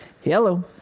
Hello